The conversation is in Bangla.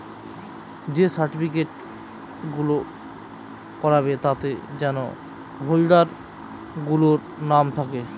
যে সার্টিফিকেট গুলো করাবে তাতে যেন হোল্ডার গুলোর নাম থাকে